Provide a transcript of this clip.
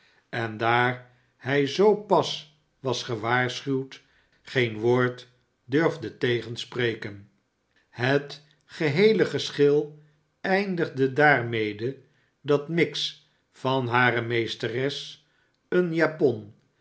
en daar hij zoo pas was gewaarschuwd geen woord durfde tegenspreken het geheele geschil eindigde daarmede dat miggs van hare meesteres een japon